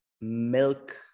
milk